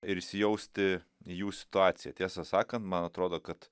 ir įsijausti į jų situaciją tiesą sakant man atrodo kad